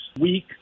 week